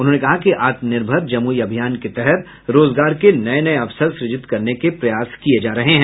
उन्होंने कहा कि आत्मनिर्भर जमुई अभियान के तहत रोजगार के नए नए अवसर सृजित करने के प्रयास किये जा रहे हैं